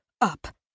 up